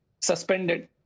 suspended